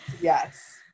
yes